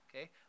okay